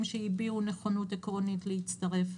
שהביעו נכונות עקרונית להצטרף,